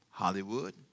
Hollywood